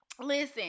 Listen